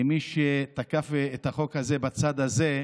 למי שתקף את החוק הזה בצד הזה,